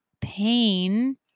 pain